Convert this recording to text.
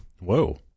Whoa